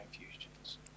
infusions